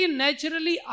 naturally